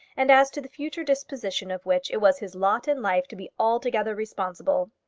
and as to the future disposition of which it was his lot in life to be altogether responsible.